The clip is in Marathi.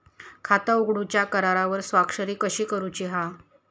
खाता उघडूच्या करारावर स्वाक्षरी कशी करूची हा?